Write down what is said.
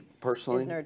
personally